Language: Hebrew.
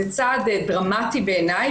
זה צעד דרמטי בעיניי,